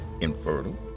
infertile